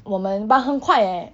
我们 but 很快 eh